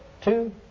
two